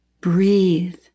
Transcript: Breathe